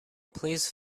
please